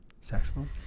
saxophone